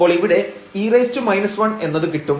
അപ്പോൾ ഇവിടെ e 1 എന്നത് കിട്ടും